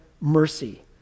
mercy